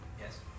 Yes